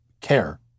care